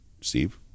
steve